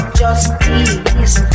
justice